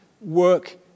work